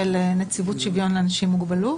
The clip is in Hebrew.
לנציבות שוויון לאנשים עם מוגבלות.